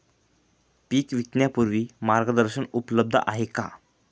पीक विकण्यापूर्वी मार्गदर्शन उपलब्ध आहे का?